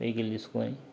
vehicle తీసుకుని